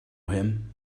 him